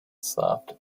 soft